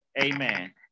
Amen